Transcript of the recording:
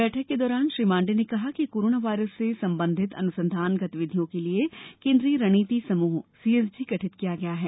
बैठक के दौरान श्री मांडे ने कहा कि कोरोना वायरस से संबंधित अनुसंधान गतिविधियों के लिए केंद्रीय रणनीति समूह सीएसजी गठित किया गया है